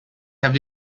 have